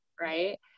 right